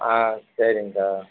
ஆ சரிங்க்கா